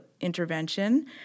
intervention